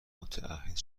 متعهد